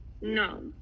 no